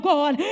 God